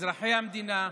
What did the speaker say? אזרחי המדינה,